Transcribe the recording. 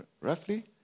Roughly